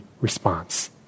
response